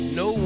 no